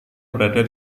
berada